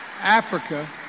Africa